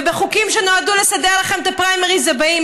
ובחוקים שנועדו לסדר לכם את הפריימריז הבאים.